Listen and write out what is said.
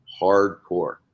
hardcore